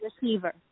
receiver